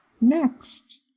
Next